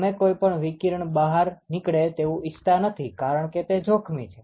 તમે કોઈ પણ વિકિરણ બહાર નીકળે તેવું ઈચ્છતા નથી કારણ કે તે જોખમી છે